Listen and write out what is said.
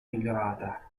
migliorata